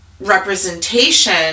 representation